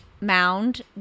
mound